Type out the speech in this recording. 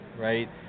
right